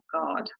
God